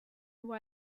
nur